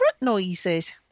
noises